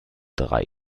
drei